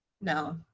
no